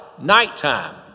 nighttime